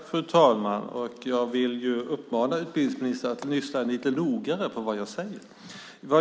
Fru talman! Jag vill uppmana utbildningsministern att lyssna lite mer noga på vad jag säger.